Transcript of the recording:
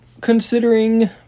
considering